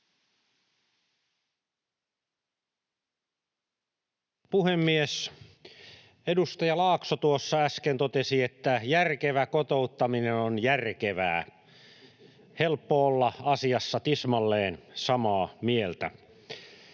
puhemies! Edustaja Laakso tuossa äsken totesi, että järkevä kotouttaminen on järkevää. Helppo olla asiassa tismalleen samaa mieltä.